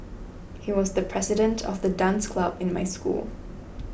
he was the president of the dance club in my school